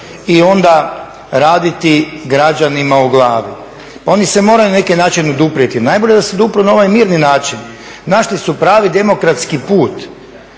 i onda raditi građanima o glavi. Pa oni se moraju na neki način oduprijeti. Najbolje da se odupru na ovaj mirni način. Našli su pravi demokratski put.